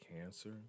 cancer